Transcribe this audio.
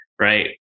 right